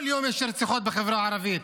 כל יום יש רציחות בחברה הערבית,